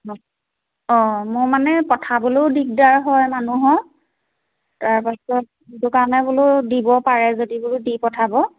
অঁ মোৰ মানে পঠাবলেও দিগদাৰ হয় মানুহৰ তাৰপাছত দোকানে বোলো দিব পাৰে যদি বোলো দি পঠাব